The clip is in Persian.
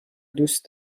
دوست